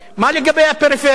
מה לגבי הפריפריה?